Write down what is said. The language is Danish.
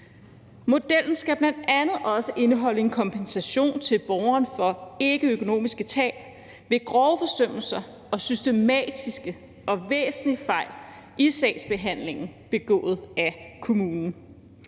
Modellen skal bl.a. også indeholde en kompensation til borgeren for ikkeøkonomiske tab ved grove forsømmelser og systematiske og væsentlige fejl i sagsbehandlingen begået af kommunen.